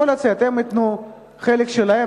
יכול לצאת שהם ייתנו את החלק שלהם,